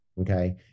okay